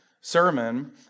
sermon